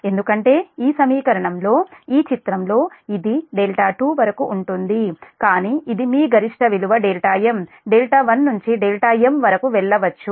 ఎందుకంటే ఈ సమీకరణంలో ఈ చిత్రంలో ఇది 2 వరకు ఉంటుంది కానీ ఇది మీ గరిష్ట విలువ m 1 నుంచి m వరకు వెళ్ళవచ్చు